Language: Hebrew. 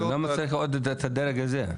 למה צריך עוד את הדרג הזה?